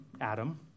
Adam